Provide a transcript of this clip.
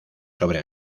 sobre